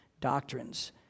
doctrines